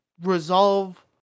resolve